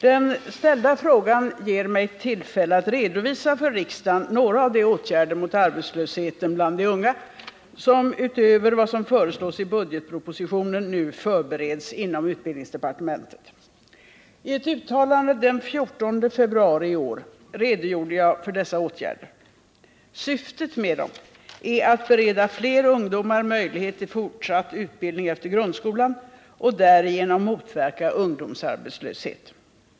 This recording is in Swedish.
Den ställda frågan ger mig tillfälle att redovisa för riksdagen några av de åtgärder mot arbetslösheten bland de unga som — utöver vad som föreslås i budgetpropositionen — nu förbereds inom utbildningsdepartementet. I ett uttalande den 14 februari i år redogjorde jag för dessa åtgärder. Syftet med dem är att bereda fler ungdomar möjlighet till fortsatt utbildning efter grundskolan och därigenom motverka ungdomsarbetslöshet.